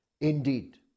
indeed